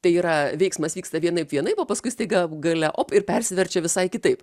tai yra veiksmas vyksta vienaip vienaip o paskui staiga gale op ir persiverčia visai kitaip